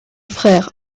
frère